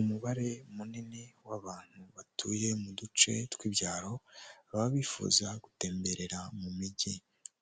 Umubare munini w'abantu batuye mu duce tw'ibyaro baba bifuza gutemberera mu mijyi